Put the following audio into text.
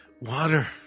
water